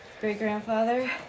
great-grandfather